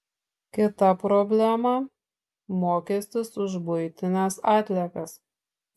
kita problema mokestis už buitines atliekas